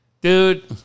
Dude